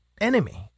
enemy